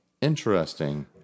Interesting